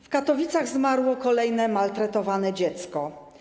W Katowicach zmarło kolejne maltretowane dziecko.